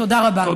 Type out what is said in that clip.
תודה רבה.